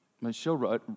Michelle